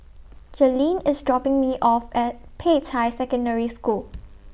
Jalynn IS dropping Me off At Peicai Secondary School